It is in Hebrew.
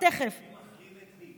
רק מזכיר לך מי מחרים את מי.